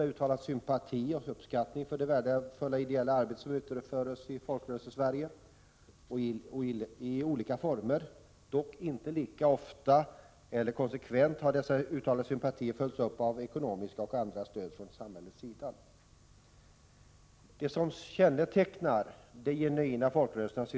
I ett kort och byråkratiskt brev till tusentals föreningsfunktionärer runt om i landet under de senaste dagarna har ytterligare ekonomiska bördor lagts på de ideella rörelserna.